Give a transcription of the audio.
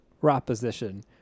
proposition